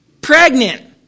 pregnant